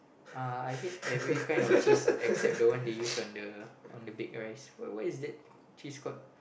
uh I hate every kind of cheese except the one they use on the on the baked rice what what is that cheese called